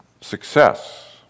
success